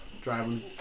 Driving